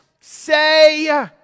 say